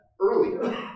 earlier